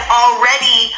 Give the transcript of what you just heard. already